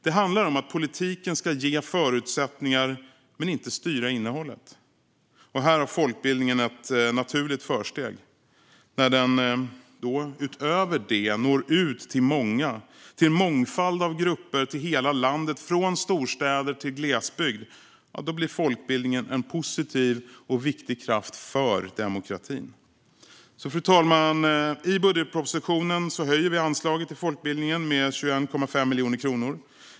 Det handlar om att politiken ska ge förutsättningar men inte styra innehållet. Här har folkbildningen ett naturligt försteg. När den utöver detta når ut till många - till en mångfald av grupper och till hela landet, från storstäder till glesbygd - blir folkbildningen en positiv och viktig kraft för demokratin. Fru talman! I budgetpropositionen höjer vi anslaget till folkbildningen med 21,5 miljoner kronor.